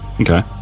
Okay